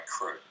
crew